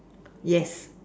yes